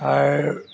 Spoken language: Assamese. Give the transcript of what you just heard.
তাৰ